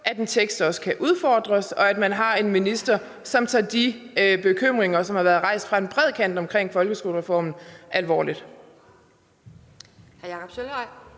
at en tekst kan udfordres, og at man har en minister, som tager de bekymringer, som har været rejst over en bred kam i forbindelse med folkeskolereformen alvorligt.